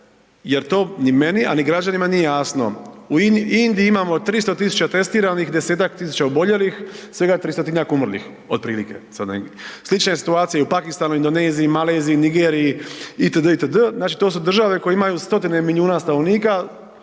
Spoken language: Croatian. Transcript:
jer to ni meni, a ni građanima nije jasno. U Indiji imamo 300.000 testiranih, 10-tak tisuća oboljelih, svega 300-tinjak umrlih otprilike, slična situacija je i u Pakistanu, Indoneziji, Maleziji, Nigeriji itd., itd., znači to su države koje imaju 100-tine milijuna stanovnika,